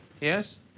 Yes